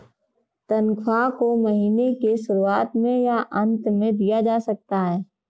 तन्ख्वाह को महीने के शुरुआत में या अन्त में दिया जा सकता है